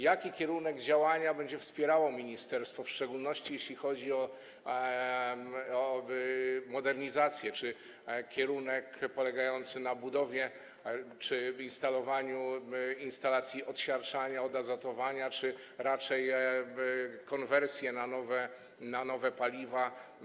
Jaki kierunek działania będzie wspierało ministerstwo, w szczególności jeśli chodzi o modernizację, czy kierunek polegający na budowie czy instalowaniu instalacji odsiarczania, odazotowania, czy raczej na konwersji na nowe paliwa?